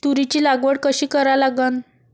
तुरीची लागवड कशी करा लागन?